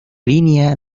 línea